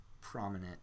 prominent